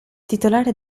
titolare